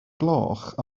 gloch